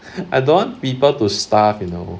I don't want people to starve you know